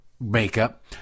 makeup